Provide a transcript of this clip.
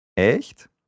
Echt